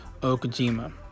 Okajima